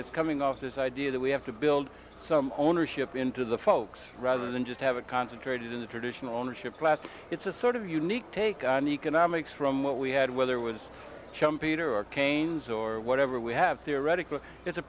it's coming off this idea that we have to build some ownership into the folks rather than just have a concentrated in the traditional ownership class it's a sort of unique take on economics from what we had whether was champion or arcanes or whatever we have theoretically it's a